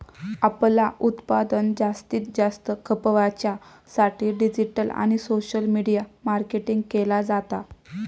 आपला उत्पादन जास्तीत जास्त खपवच्या साठी डिजिटल आणि सोशल मीडिया मार्केटिंग केला जाता